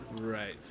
Right